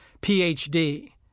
Ph.D